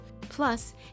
Plus